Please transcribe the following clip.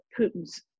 Putin's